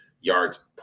yards